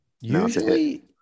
usually